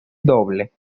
doble